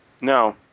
No